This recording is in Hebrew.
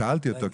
שאלתי אותו.